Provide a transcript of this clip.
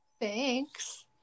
thanks